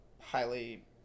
highly